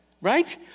Right